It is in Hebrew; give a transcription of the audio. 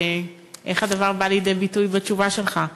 איך הדבר בא לידי ביטוי בתשובה שלך?